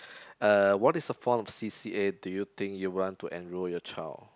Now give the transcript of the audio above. uh what is the form of C_C_A do you think you want to enroll your child